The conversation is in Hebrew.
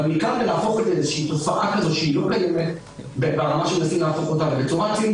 אבל להפוך את זה לתופעה שלא קיימת ובצורה צינית